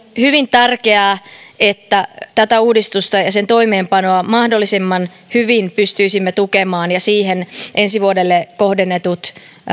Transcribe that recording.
tärkeää että tätä uudistusta ja sen toimeenpanoa mahdollisimman hyvin pystyisimme tukemaan ja siihen ensi vuodelle kohdennetut